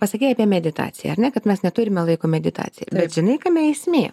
pasakei apie meditaciją ar ne kad mes neturime laiko meditacijai bet žinai kame esmė